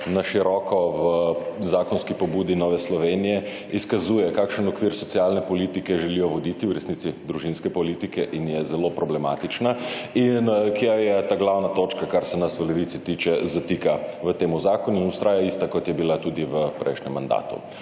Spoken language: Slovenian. na široko v zakonski pobudi Nove Slovenije izkazuje kakšen okvir socialne politike želijo voditi, v resnici družinske politike in je zelo problematična in ker je ta glavna točka, kar se nas v Levici tiče, zatika v tem zakonu in ostaja ista, kot je bila tudi v prejšnjem mandatu.